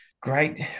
great